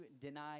deny